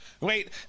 Wait